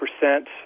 percent